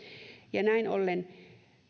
näin ollen